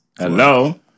Hello